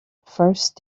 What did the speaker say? first